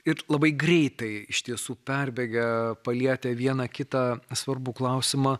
ir labai greitai iš tiesų perbėgę palietę vieną kitą svarbų klausimą